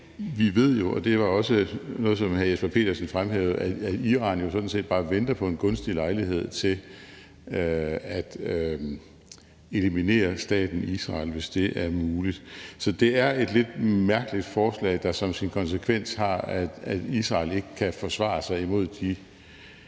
vi ved jo – det var også noget, som hr. Jesper Petersen fremhævede – at Iran sådan set bare venter på en gunstig lejlighed til at eliminere staten Israel, hvis det er muligt. Så det er et lidt mærkeligt forslag, der som sin konsekvens har, at Israel ikke kan forsvare sig imod de